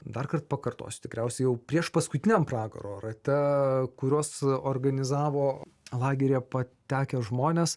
darkart pakartosiu tikriausiai jau priešpaskutiniam pragaro rate kuriuos organizavo lageryje patekę žmonės